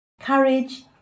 Courage